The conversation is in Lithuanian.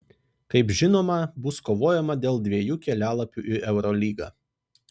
kaip žinoma bus kovojama dėl dviejų kelialapių į eurolygą